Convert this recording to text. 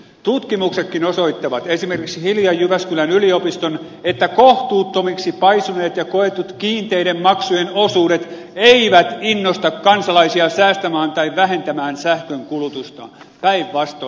tutkimuksetkin osoittavat esimerkiksi hiljan jyväskylän yliopiston että kohtuuttomiksi paisuneet ja koetut kiinteiden maksujen osuudet eivät innosta kansalaisia säästämään tai vähentämään sähkön kulutustaan päinvastoin